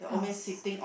ah s~